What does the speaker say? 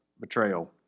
betrayal